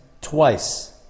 twice